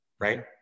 right